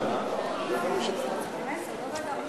אי-אפשר לפרסם לציבור?